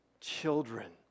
children